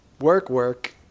work-work